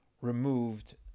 removed